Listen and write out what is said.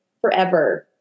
forever